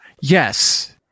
Yes